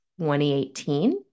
2018